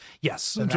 Yes